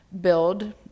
build